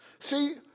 See